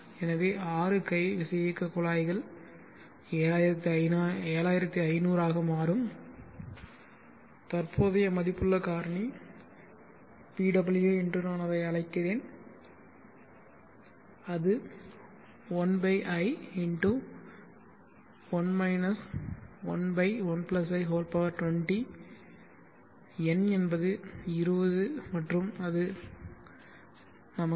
எனவே 6 கை விசையியக்கக் குழாய்கள் 7500 ஆக மாறும் தற்போதைய மதிப்புள்ள காரணி PW என்று நான் அதை அழைக்கிறேன் 1i1 11 i20 n என்பது 20 மற்றும் அது 0